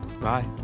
Bye